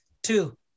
Two